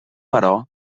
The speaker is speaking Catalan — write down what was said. però